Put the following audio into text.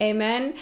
Amen